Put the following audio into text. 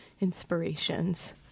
inspirations